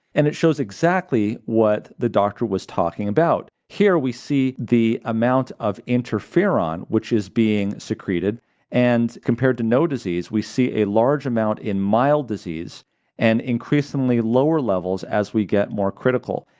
and it shows exactly what the doctor was talking about. here we see the amount of interferon, which is being secreted and, compared to no disease, we see a large amount in mild disease and increasingly lower levels as we get more critical,